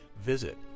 visit